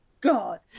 god